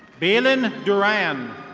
bairlin duran.